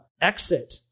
exit